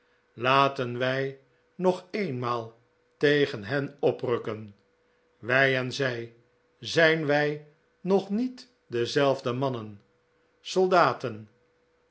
laten wij nog eenmaal tegen hen oprukken wij en zij zijn wij nog niet dezelfde mannen